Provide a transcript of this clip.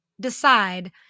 decide